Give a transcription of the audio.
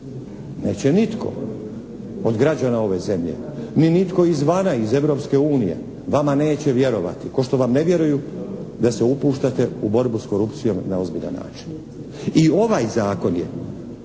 neće nitko od građana ove zemlje ni nitko izvana iz Europske unije vama neće vjerovati ko što vam ne vjeruju da se upuštate u borbu s korupcijom na ozbiljan način. I ovaj zakon je,